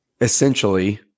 essentially